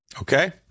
Okay